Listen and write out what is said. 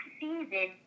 season